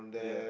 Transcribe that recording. yeah